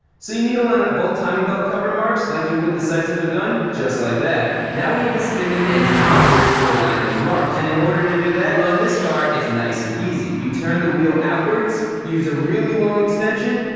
so you need to line up both timing belt cover marks like you would the sights of a gun just like that. now, we need to spin the engine in order to align those marks. and in order to do that, on this car, it's nice and easy. you turn the wheel outwards, use a really long extension,